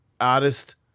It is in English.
artist